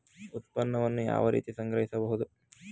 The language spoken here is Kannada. ಉತ್ಪನ್ನವನ್ನು ಯಾವ ರೀತಿ ಸಂಗ್ರಹಿಸಬಹುದು?